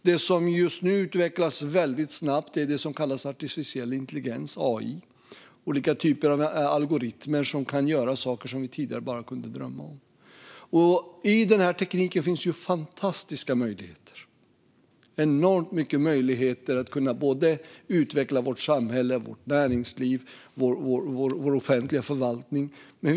Det som just nu utvecklas väldigt snabbt är det som kallas artificiell intelligens, AI. Det är olika typer av algoritmer som kan göra saker som vi tidigare bara kunde drömma om. I tekniken finns fantastiska möjligheter - enormt många möjligheter att utveckla vårt samhälle, vårt näringsliv och vår offentliga förvaltning.